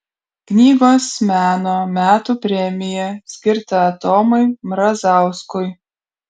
knygos meno metų premija skirta tomui mrazauskui